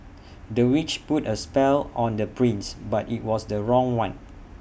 the witch put A spell on the prince but IT was the wrong one